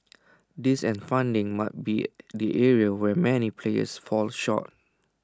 this and funding might be the areas where many players fall short